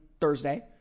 Thursday